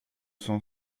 cent